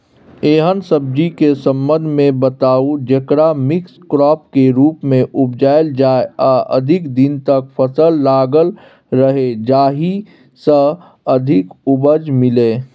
एहन सब्जी के संबंध मे बताऊ जेकरा मिक्स क्रॉप के रूप मे उपजायल जाय आ अधिक दिन तक फसल लागल रहे जाहि स अधिक उपज मिले?